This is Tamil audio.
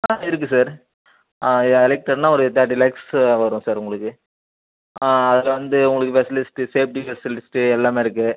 ஆ இருக்குது சார் ஆ எலெக்டர்னா ஒரு தேட்டி லேக்ஸு வரும் சார் உங்களுக்கு ஆ அதில் வந்து உங்களுக்கு ஃபெசலிஸ்ட்டு சேஃப்ட்டி ஃபெசலிஸ்ட்டு எல்லாமே இருக்குது